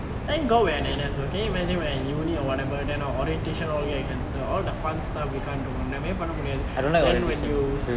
thank god we are in N_S can you imagine we are in uni or whatever then our orientation all the way cancel all the fun stuff we can't do ஒன்னும் பண்ண முடியாது:onnum panne mudiyathu then when you